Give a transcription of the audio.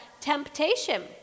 temptation